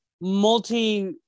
multi-